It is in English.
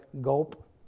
gulp